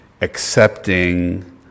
accepting